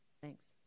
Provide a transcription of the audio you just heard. Thanks